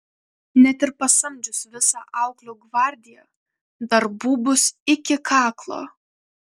net ir pasamdžius visą auklių gvardiją darbų bus iki kaklo